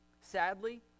Sadly